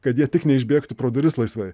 kad jie tik neišbėgtų pro duris laisvai